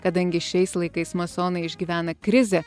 kadangi šiais laikais masonai išgyvena krizę